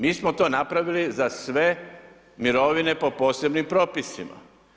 Mi smo to napravili za sve mirovine po posebnim propisima.